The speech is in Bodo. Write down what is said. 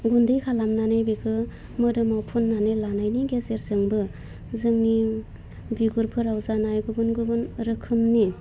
गुन्दै खालामनानै बेखौ मोदोमाव फुन्नानै लानायनि गेजेरजोंबो जोंनि बिगुरफोराव जानाय गुबुन गुबुन रोखोमनि